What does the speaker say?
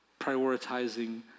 prioritizing